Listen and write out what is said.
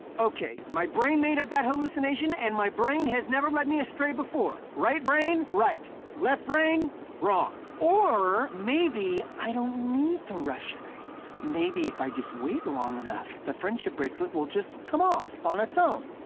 okay. my brain made up that hallucination. and my brain has never led me astray before. right brain right. left brain wrong. or maybe i don't need to rush things. maybe if i just wait long enough, the friendship bracelet will just come off on its own.